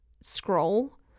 scroll